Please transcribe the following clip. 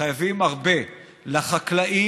חייבים הרבה לחקלאים